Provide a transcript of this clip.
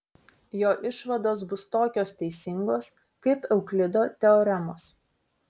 jo išvados bus tokios teisingos kaip euklido teoremos